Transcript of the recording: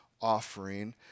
offering